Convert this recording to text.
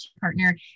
partner